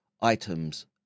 items